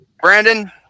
Brandon